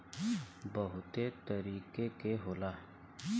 बहुते तरीके के होला